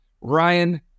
Ryan